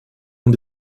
ont